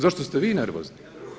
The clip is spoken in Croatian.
Zašto ste vi nervozni?